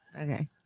okay